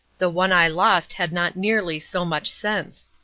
the one i lost had not nearly so much sense!